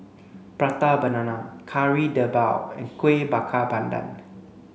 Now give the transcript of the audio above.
prata banana Kari Debal and Kuih Bakar Pandan